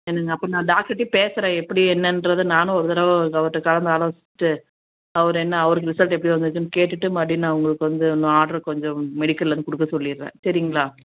என்னங்க அப்போ நான் டாக்டர்கிட்டையே பேசுகிறேன் எப்படி என்னென்றத நானும் ஒரு தடவை அவர்கிட்ட கலந்து ஆலோசிச்சுட்டு அவர் என்ன அவருக்கு ரிசல்ட் எப்படி வந்துச்சுன்னு கேட்டுவிட்டு மறுபடியும் நான் உங்களுக்கு வந்து இன்னும் ஆடரு கொஞ்சம் மெடிக்கல்லேருந்து கொடுக்க சொல்லிடுறேன் சரிங்களா